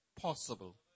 possible